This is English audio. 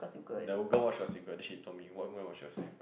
the girl watch Gossip Girl then she told me watch go and watch Gossip Girl